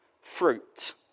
fruit